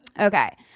Okay